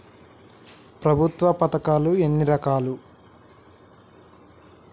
ప్రభుత్వ పథకాలు ఎన్ని రకాలు?